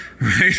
right